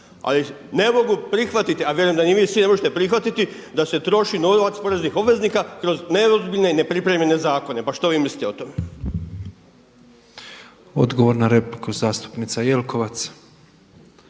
ali ne mogu prihvatiti, a vjerujem da ni vi svi ne možete prihvatiti da se troši novac poreznih obveznika kroz neozbiljne i nepripremljene zakone. Pa što vi mislite o tome. **Petrov, Božo (MOST)** Hvala.